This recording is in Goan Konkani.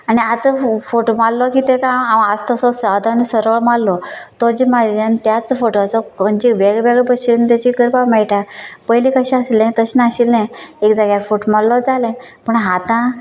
आनी आता फोटो मारलो की तेका हांव आसा तसो सादो आनी सरळ मारल्लो तो जे मारिल्यान त्याच फोटवाचो खंयचे वेगळें वेगळें भाशेन तेचें करपाक मेळटा पयलें कशें आसलें तशें नाशिल्ले एक जाग्यार फोटो मारल्लो जालें पण आतां